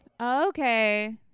okay